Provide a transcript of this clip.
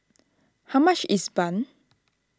how much is Bun